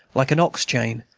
like an ox-chain,